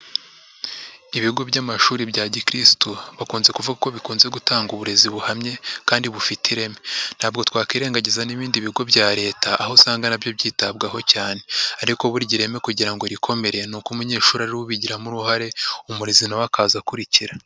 Ibigo by'amashuri bya gikirisitu bakunze kuvuga ko bikunze gutanga uburezi buhamye kandi bufite ireme, ntabwo twakwirengagiza n'ibindi bigo bya Leta aho usanga na byo byitabwaho cyane, ariko burya ireme kugira ngo rikomere ni uko umunyeshuri ariwe ubigiramo uruhare, umurezi na we akaza akurikira.